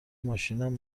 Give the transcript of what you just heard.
ماشینم